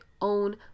own